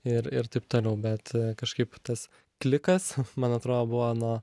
ir ir taip toliau bet kažkaip tas klikas man atrodo buvo nuo